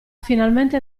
finalmente